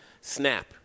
snap